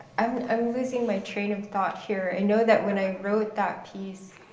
i'm i'm losing my train of thought here. i know that when i wrote that piece,